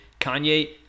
kanye